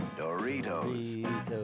Doritos